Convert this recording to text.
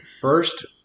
first